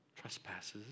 trespasses